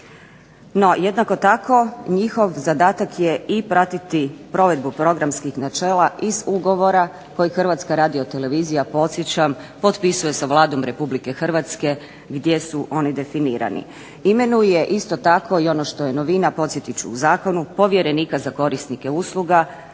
No, jednako tako njihov zadatak je i pratiti provedbu programskih načela iz ugovora koji HRT podsjećam, potpisuje sa Vladom RH gdje su oni definirani. Imenuje, isto tako i ono što je novina, podsjetit ću u zakonu, povjerenika za korisnike usluga.